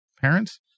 parents